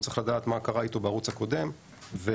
והוא צריך לדעת מה קרה איתו בערוץ הקודם ולמה